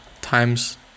times